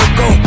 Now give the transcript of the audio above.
go